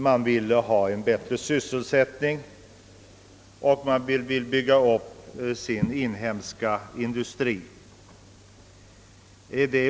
Man vill därigenom åstadkomma bättre sysselsättning och bygga upp den inhemska industrien.